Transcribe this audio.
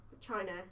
China